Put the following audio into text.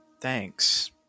Thanks